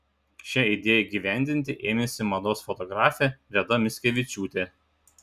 šią idėją įgyvendinti ėmėsi mados fotografė reda mickevičiūtė